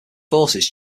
forces